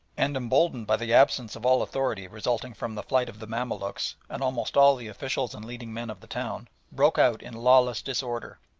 and emboldened by the absence of all authority resulting from the flight of the mamaluks and almost all the officials and leading men of the town, broke out in lawless disorder,